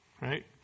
right